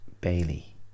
Bailey